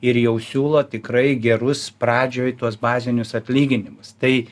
ir jau siūlo tikrai gerus pradžioj tuos bazinius atlyginimus tai